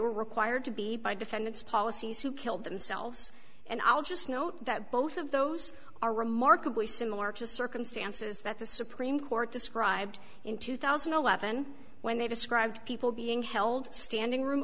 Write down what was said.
were required to be by defendant's policies who killed themselves and i'll just note that both of those are remarkably similar to the circumstances that the supreme court described in two thousand and eleven when they described people being held standing room